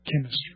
chemistry